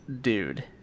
Dude